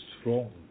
strong